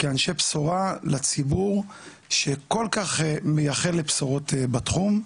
כאנשי בשורה לציבור שכל כך מייחל לבשורות בתחום.